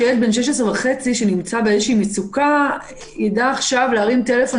שילד בן 16 וחצי שנמצא במצוקה ידע להרים טלפון